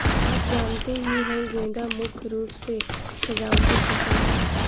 आप जानते ही है गेंदा मुख्य रूप से सजावटी फसल है